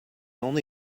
only